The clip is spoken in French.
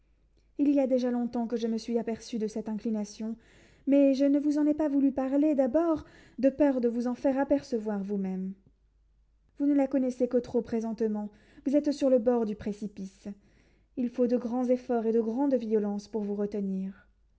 il y a déjà longtemps que je me suis aperçue de cette inclination mais je ne vous en ai pas voulu parler d'abord de peur de vous en faire apercevoir vous-même vous ne la connaissez que trop présentement vous êtes sur le bord du précipice il faut de grands efforts et de grandes violences pour vous retenir